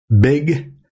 big